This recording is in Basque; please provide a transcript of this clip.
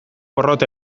porrot